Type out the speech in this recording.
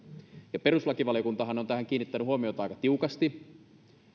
ja perustuslakivaliokuntahan on tähän kiinnittänyt huomiota aika tiukasti